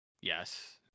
Yes